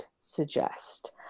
suggest